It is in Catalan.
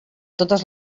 totes